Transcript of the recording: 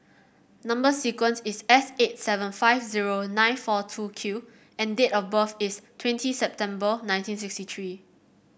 number sequence is S eight seven five zero nine four two Q and date of birth is twenty September nineteen sixty three